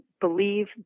believe